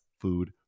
food